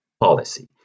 policy